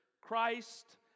Christ